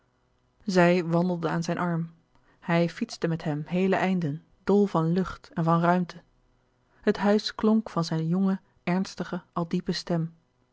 zij wandelde aan zijn arm hij fietste met hem heele einden dol van lucht en van ruimte het huis klonk van zijn jonge ernstige al diepe stem